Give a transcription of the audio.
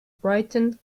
brighton